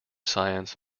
science